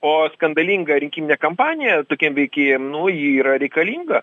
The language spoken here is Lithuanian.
o skandalinga rinkiminė kampanija tokiem veikėjam nu ji yra reikalinga